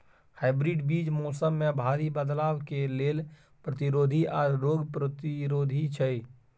hybrid बीज मौसम में भारी बदलाव के लेल प्रतिरोधी आर रोग प्रतिरोधी छै